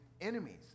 enemies